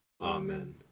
amen